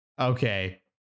Okay